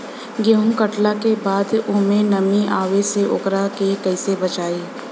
गेंहू कटला के बाद ओमे नमी आवे से ओकरा के कैसे बचाई?